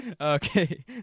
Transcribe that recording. Okay